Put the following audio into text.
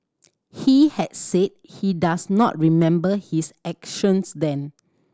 he had said he does not remember his actions then